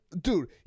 dude